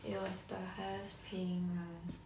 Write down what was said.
it was the highest paying one